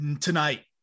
Tonight